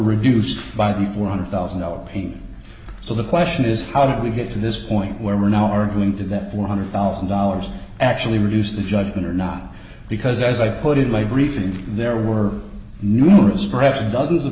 reduced by the four hundred thousand dollars pain so the question is how did we get to this point where we're now arguing to that four hundred thousand dollars actually reduce the judgment or not because as i put it my briefing there were numerous scraps of dozens of